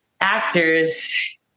actors